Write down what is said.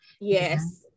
Yes